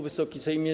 Wysoki Sejmie!